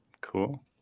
Cool